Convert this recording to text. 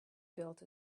built